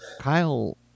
Kyle